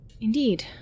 Indeed